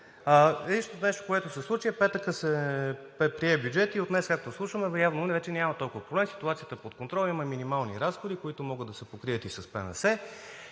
Единственото, което се случи, в петък се прие бюджет, и от днес, както слушаме, явно няма толкова проблем. Ситуацията е под контрол, имаме минимални разходи, които могат да се покрият и с ПМС,